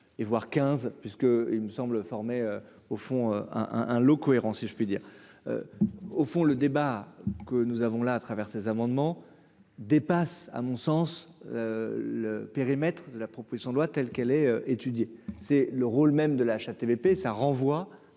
et voir 15 puisque il me semble, formé au fond un un un lot cohérent, si je puis dire, au fond le débat que nous avons là, à travers ces amendements dépasse à mon sens le périmètre de la. Son doigt telle qu'elle est étudiée, c'est le rôle même de la HATVP, ça renvoie